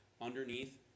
underneath